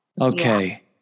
Okay